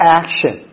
action